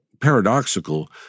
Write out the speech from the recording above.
paradoxical